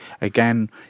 again